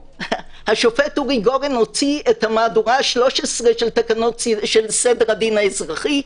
השופט אורי גורן הוציא את המהדורה ה-13 של סדר הדין האזרחי.